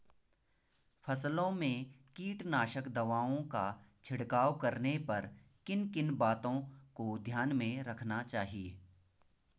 फसलों में कीटनाशक दवाओं का छिड़काव करने पर किन किन बातों को ध्यान में रखना चाहिए?